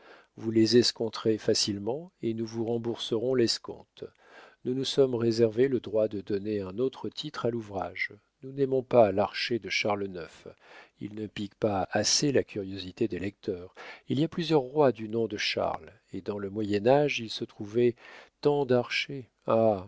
vous les escompterez facilement et nous vous rembourserons l'escompte nous nous sommes réservé le droit de donner un autre titre à l'ouvrage nous n'aimons pas l'archer de charles ix il ne pique pas assez la curiosité des lecteurs il y a plusieurs rois du nom de charles et dans le moyen-age il se trouvait tant d'archers